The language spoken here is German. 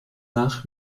nach